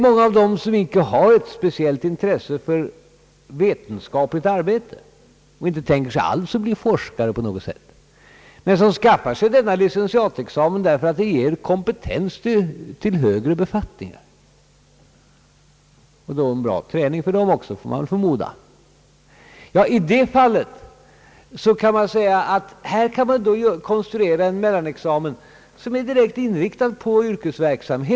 Många av dem har inte något speciellt intresse för vetenskapligt arbete och tänker sig inte alls att bli forskare på något sätt, men de skaffar sig licentiatexamen därför att den ger kompetens till högre befattningar och en bra träning för dem också får man väl förmoda. Man kan då konstruera en mellanexamen som är direkt inriktad på yrkesverksamhet.